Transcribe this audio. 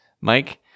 Mike